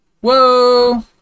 Whoa